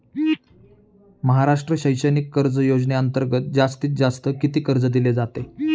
महाराष्ट्र शैक्षणिक कर्ज योजनेअंतर्गत जास्तीत जास्त किती कर्ज दिले जाते?